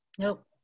Nope